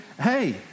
Hey